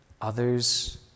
others